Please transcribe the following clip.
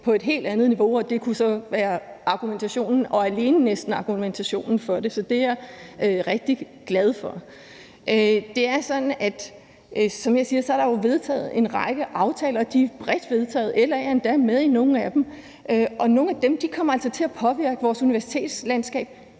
på et helt andet niveau, og at det så næsten alene kunne være argumentationen for det. Så det er jeg rigtig glad for. Det er sådan, at der jo er vedtaget en række aftaler, og de er bredt vedtaget. LA er endda med i nogle af dem, og nogle af dem kommer altså til at påvirke vores universitetslandskab